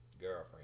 Girlfriend